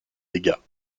dégâts